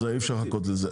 אי אפשר לחכות לזה,